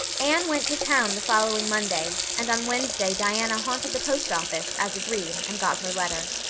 anne went to town the following monday and on wednesday diana haunted the post office, as agreed, and got her letter.